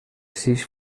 sis